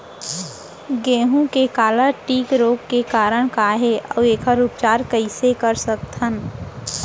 गेहूँ के काला टिक रोग के कारण का हे अऊ एखर उपचार कइसे कर सकत हन?